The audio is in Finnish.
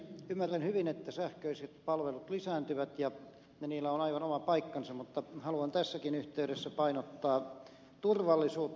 ymmärrän hyvin että sähköiset palvelut lisääntyvät ja niillä on aivan oma paikkansa mutta haluan tässäkin yhteydessä painottaa turvallisuutta